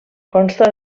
consta